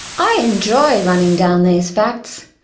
i enjoy running down these facts.